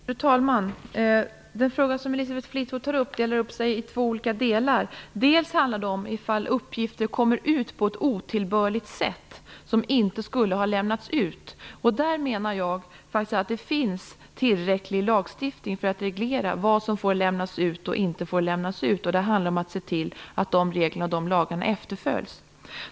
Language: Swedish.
Fru talman! Den fråga som Elisabeth Fleetwood tar upp delar upp sig i två olika delar. Dels handlar det om ifall uppgifter som inte skulle ha lämnats ut kommer ut på ett otillbörligt sätt. Jag menar att det finns tillräcklig lagstiftning för att reglera vad som får och vad som inte får lämnas ut. Det handlar om att se till att reglerna och lagarna efterföljs.